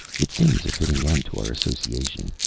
it seems a fitting end to our association.